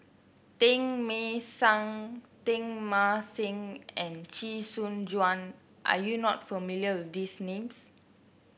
Teng Mah Seng Teng Mah Seng and Chee Soon Juan are you not familiar with these names